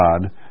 God